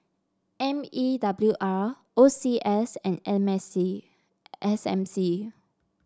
M E W R O C S and M S C S M C